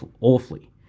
awfully